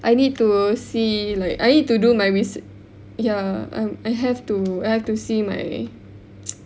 I need to see like I need to do my research ya I'm I have to I have to see my